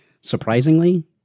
surprisingly